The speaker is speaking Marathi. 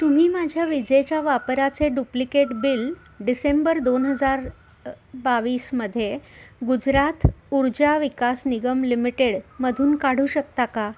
तुम्ही माझ्या विजेच्या वापराचे डुप्लिकेट बिल डिसेंबर दोन हजार बावीसमध्ये गुजरात ऊर्जा विकास निगम लिमिटेडमधून काढू शकता का